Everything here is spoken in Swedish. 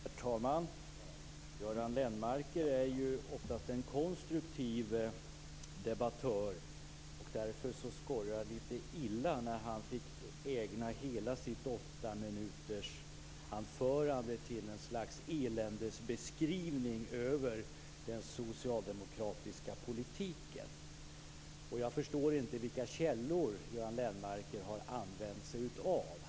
Herr talman! Göran Lennmarker är oftast en konstruktiv debattör. Därför skorrade det lite illa när han fick ägna hela sitt åttaminutersanförande åt ett slags eländesbeskrivning över den socialdemokratiska politiken. Jag förstår inte vilka källor som Göran Lennmarker har använt sig av.